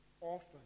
often